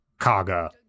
kaga